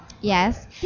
Yes